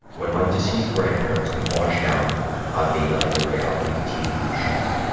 when my deceased grandparents can watch down on me like a reality tv show,